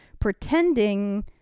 pretending